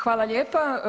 Hvala lijepa.